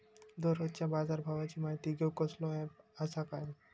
दररोजच्या बाजारभावाची माहिती घेऊक कसलो अँप आसा काय?